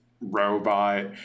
Robot